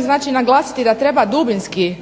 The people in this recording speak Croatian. znači naglasiti da treba dubinski